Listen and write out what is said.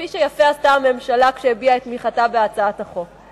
כפי שיפה עשתה הממשלה כשהביעה את תמיכתה בהצעת החוק.